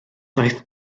daeth